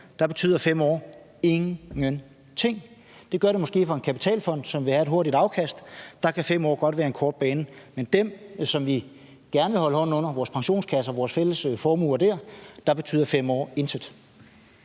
– betyder 5 år ingenting. Det gør det måske for en kapitalfond, som vil have et hurtigt afkast, for der kan 5 år godt være lang tid. Men for dem, som vi gerne vil holde hånden under, vores pensionskasser og vores fælles formuer der, betyder 5 år intet.